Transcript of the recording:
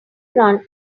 run